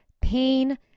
pain